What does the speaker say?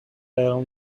dale